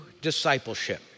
discipleship